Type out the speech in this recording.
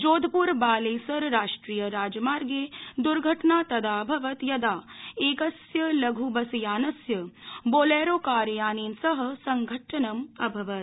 जोधप्र बालेसर राष्ट्रीय राजमार्गे दर्घटना तदा अभवत् यदा किस्य लघ् बसयानस्य बोलेरोकारयानेन सह संघट्टन अभवत्